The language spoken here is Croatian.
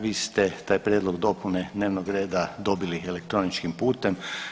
Vi ste taj prijedlog dopune dnevnog reda dobili elektroničkim putem.